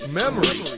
memory